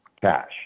cash